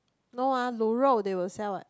no ah 卤肉 they will sell what